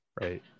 Right